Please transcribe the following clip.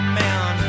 man